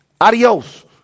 Adios